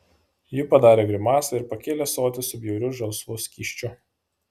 ji padarė grimasą ir pakėlė ąsotį su bjauriu žalsvu skysčiu